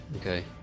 okay